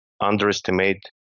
underestimate